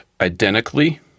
identically